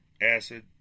Acid